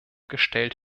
gestellt